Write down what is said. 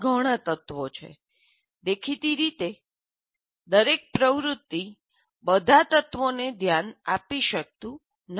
આમાં ઘણા તત્વો છે દેખીતી રીતે દરેક પ્રવૃત્તિ બધા તત્વોને ધ્યાન આપી શકતું નથી